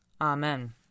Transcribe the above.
Amen